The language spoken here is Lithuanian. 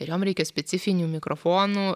ir jom reikia specifinių mikrofonų